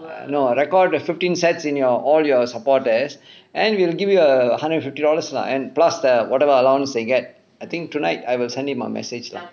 no record the fifteen sets in your all your supporters and we'll give you a hundred and fifty dollars lah and plus the whatever allowance they get I think tonight I will send him a message lah